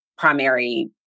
primary